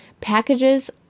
Packages